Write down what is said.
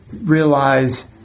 realize